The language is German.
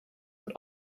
und